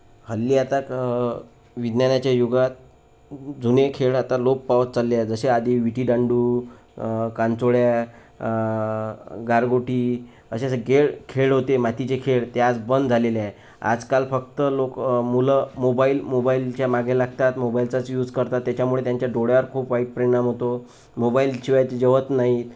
हल्ली आता विज्ञानाच्या युगात जुने खेळ आता लोप पावत चालले आहे जसे आधी विटीदांडू कांचोळ्या गारगोटी असे सगळे खेळ होते मातीचे खेळ ते आज बंद झालेले आहे आजकाल फक्त लोक मुलं मोबाईल मोबाईलच्या मागे लागतात मोबाईलचाच यूज करतात त्याच्यामुळे त्यांच्या डोळ्यावर खूप वाईट परिणाम होतो मोबाईलशिवाय ते जेवत नाहीत